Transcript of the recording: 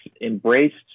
embraced